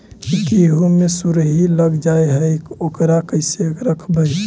गेहू मे सुरही लग जाय है ओकरा कैसे रखबइ?